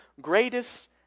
greatest